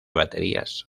baterías